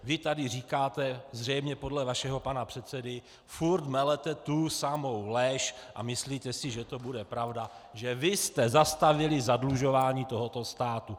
Vy tady říkáte, zřejmě podle vašeho pana předsedy furt melete tu samou lež a myslíte si, že to bude pravda, že vy jste zastavili zadlužování tohoto státu.